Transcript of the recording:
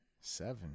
Seven